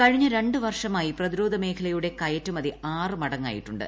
കഴിഞ്ഞ രണ്ടുവർഷമായി പ്രതിരോധമേഖലയുടെ കയറ്റുമതി ആറ് മടങ്ങായിട്ടുണ്ട്